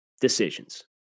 decisions